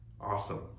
Awesome